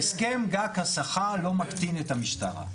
הסכם גג השכר לא מקטין את המשטרה.